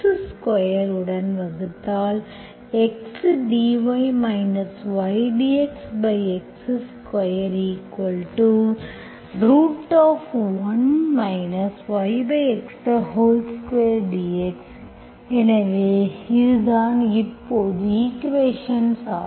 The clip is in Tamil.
x2 உடன் வகுத்தால் x dy y dxx21 yx2 dx எனவே இதுதான் இப்போது ஈக்குவேஷன்ஸ் ஆகும்